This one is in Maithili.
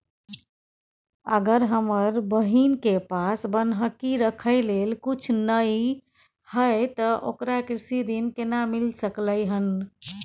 अगर हमर बहिन के पास बन्हकी रखय लेल कुछ नय हय त ओकरा कृषि ऋण केना मिल सकलय हन?